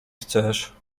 chcesz